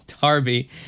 Darby